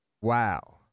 Wow